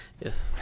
yes